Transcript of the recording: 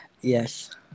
Yes